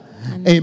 Amen